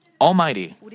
Almighty